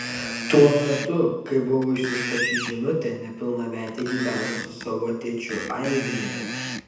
tuo metu kai buvo išsiųsta ši žinutė nepilnametė gyveno su savo tėčiu airijoje